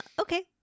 Okay